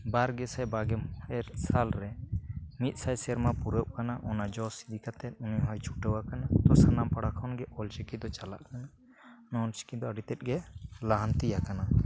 ᱵᱟᱨ ᱜᱮᱥᱟᱭ ᱵᱟᱜᱮ ᱢᱚᱬᱮ ᱥᱟᱞ ᱨᱮ ᱢᱤᱫᱥᱟᱭ ᱥᱮᱨᱢᱟ ᱯᱩᱨᱟᱹᱜ ᱠᱟᱱᱟ ᱚᱱᱟ ᱡᱚᱥ ᱤᱫᱤ ᱠᱟᱛᱮᱫ ᱩᱱᱤ ᱦᱚᱸᱭ ᱪᱷᱩᱴᱟᱹᱣ ᱠᱟᱱᱟ ᱛᱚ ᱥᱟᱱᱟᱢ ᱯᱟᱲᱟ ᱠᱷᱚᱱᱜᱮ ᱚᱞ ᱪᱤᱠᱤ ᱫᱚ ᱪᱟᱞᱟᱜ ᱠᱟᱱᱟ ᱱᱚᱣᱟ ᱚᱞᱪᱤᱠᱤ ᱫᱚ ᱟᱹᱰᱤᱛᱮᱫ ᱜᱮ ᱞᱟᱦᱟᱱᱛᱤ ᱟᱠᱟᱱᱟ